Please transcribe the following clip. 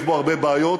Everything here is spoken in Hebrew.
יש בו הרבה בעיות,